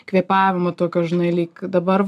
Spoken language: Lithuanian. kvėpavimo tokio žinai lyg dabar